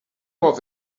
was